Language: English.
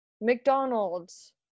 McDonald's